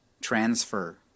transfer